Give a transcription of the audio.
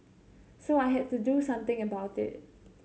so I had to do something about it